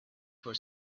for